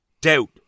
doubt